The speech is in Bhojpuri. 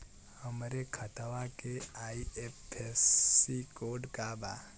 हमरे खतवा के आई.एफ.एस.सी कोड का बा?